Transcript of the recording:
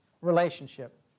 relationship